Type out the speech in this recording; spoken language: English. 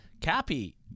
Cappy